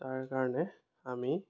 তাৰ কাৰণে আমি